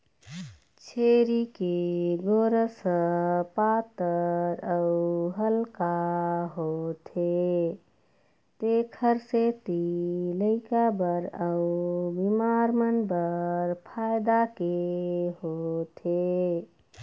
छेरी के गोरस ह पातर अउ हल्का होथे तेखर सेती लइका बर अउ बिमार मन बर फायदा के होथे